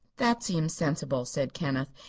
that seems sensible, said kenneth,